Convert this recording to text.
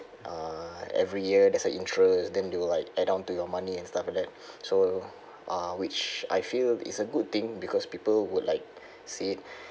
uh every year there's a interest then they will like add onto your money and stuff like that so uh which I feel is a good thing because people would like said